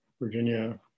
Virginia